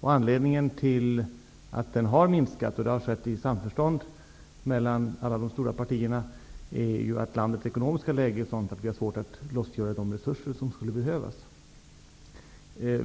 Anledningen till att den har minskat -- och det har skett i samförstånd mellan de stora partierna -- är att landets ekonomiska läge är sådant att det är svårt att lossgöra de resurser som skulle behövas.